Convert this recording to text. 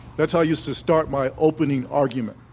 that's how i used to start my opening argument.